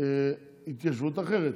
התיישבות אחרת.